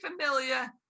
familiar